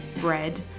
bread